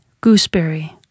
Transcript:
gooseberry